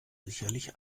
sicherlich